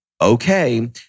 okay